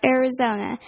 Arizona